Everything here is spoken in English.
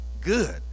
good